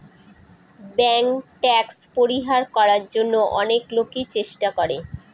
bank tax পরিহার করার জন্য অনেক লোকই চেষ্টা করে